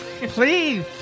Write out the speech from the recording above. Please